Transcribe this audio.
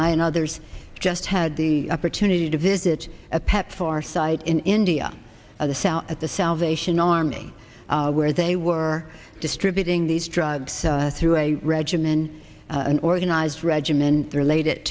i and others just had the opportunity to visit a pepfar site in india at the south at the salvation army where they were distributing these drugs through a regimen an organized regimen relate